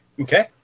Okay